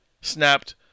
Snapped